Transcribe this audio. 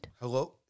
Hello